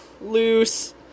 Loose